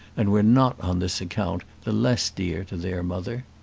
and were not on this account the less dear to their mother.